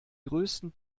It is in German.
größten